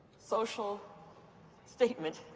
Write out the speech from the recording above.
social statement